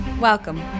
Welcome